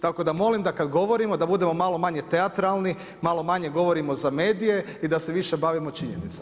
Tako da molim da kada govorimo da budemo malo manje teatralni, malo manje govorimo za medije i da se više bavimo činjenicama.